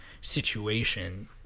situation